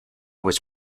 was